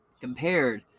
compared